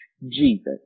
Jesus